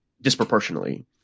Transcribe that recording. disproportionately